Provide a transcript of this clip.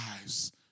lives